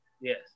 Yes